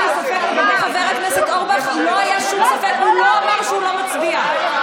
ניר אורבך, הוא לא אמר שהוא לא מצביע.